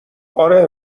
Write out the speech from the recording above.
اره